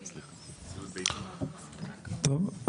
טוב.